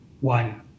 one